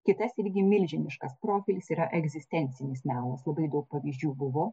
kitas irgi milžiniškas profilis yra egzistencinis melas labai daug pavyzdžių buvo